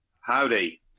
Howdy